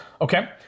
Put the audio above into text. Okay